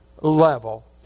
level